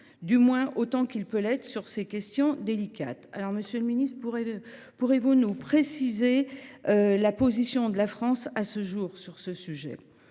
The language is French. du moins autant qu’il peut l’être sur ces questions délicates. Monsieur le ministre, pouvez vous nous préciser la position de la France à ce jour en la matière